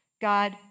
God